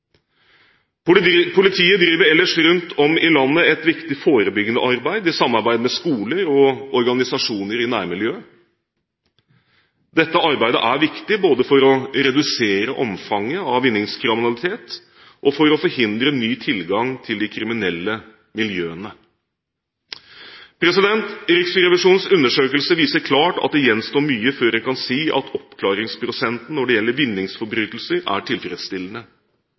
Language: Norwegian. Politiet driver ellers rundt om i landet et viktig forebyggende arbeid i samarbeid med skoler og organisasjoner i nærmiljøet. Dette arbeidet er viktig både for å redusere omfanget av vinningskriminalitet og for å forhindre ny tilgang til de kriminelle miljøene. Riksrevisjonens undersøkelse viser klart at det gjenstår mye før en kan si at oppklaringsprosenten når det gjelder vinningsforbrytelser, er tilfredsstillende.